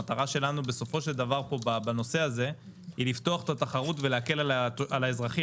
המטרה שלנו היא בנושא הזה היא לפתוח את התחרות ולהקל על האזרחים.